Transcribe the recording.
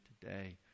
today